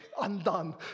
Undone